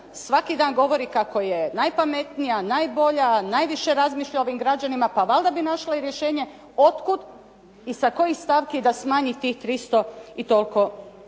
svaki dan govori kako je najpametnija, najbolja, najviše razmišlja o ovim građanima. Pa valjda bi našla i rješenje od kud i sa kojih stavki da smanji tih 300 i toliko milijuna